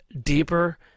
deeper